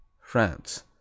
France